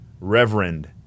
Reverend